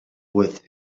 with